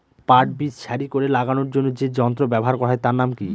পাট বীজ সারি করে লাগানোর জন্য যে যন্ত্র ব্যবহার হয় তার নাম কি?